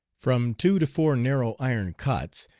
from two to four narrow iron cots,